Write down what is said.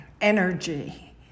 Energy